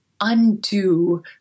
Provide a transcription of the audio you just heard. undo